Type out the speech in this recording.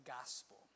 gospel